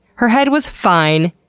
her head was fine.